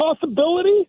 possibility